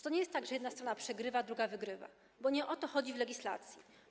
To nie jest tak, że jedna scena przegrywa, druga wygrywa, bo nie o to chodzi w legislacji.